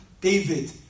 David